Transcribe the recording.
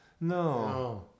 No